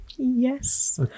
yes